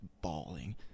bawling